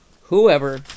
whoever